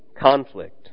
conflict